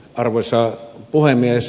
arvoisa puhemies